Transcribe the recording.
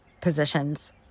positions